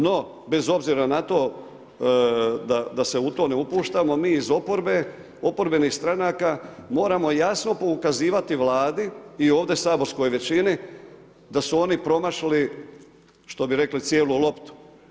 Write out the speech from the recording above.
No bez obzira na to da se u to ne upuštamo, mi iz oporbe, oporbenih stranaka moramo jasno pokazivati Vladi i ovdje saborskoj većini da su oni promašili što bi rekli cijelu loptu.